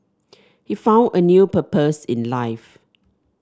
he found a new purpose in life